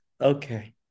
Okay